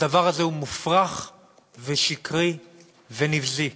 הדבר הזה הוא מופרך ושקרי ונבזי.